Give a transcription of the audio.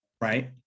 right